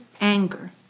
anger